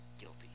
guilty